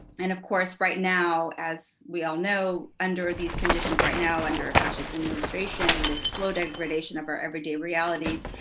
and of course right now, as we all know under these conditions right now, under a fascist administration and this slow degradation of our everyday realities,